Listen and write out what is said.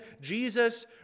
Jesus